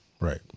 Right